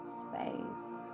space